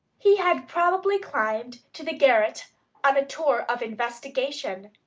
he had probably climbed to the garret on a tour of investigation,